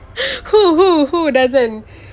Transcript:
who who who doesn't